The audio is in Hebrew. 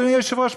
אדוני היושב-ראש,